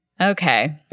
okay